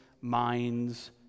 minds